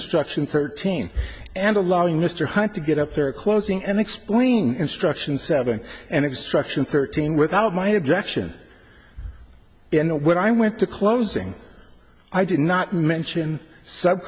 instruction thirteen and allowing mr hyde to get up there at closing and explain instructions seven and it destruction thirteen without my objection and when i went to closing i did not mention sub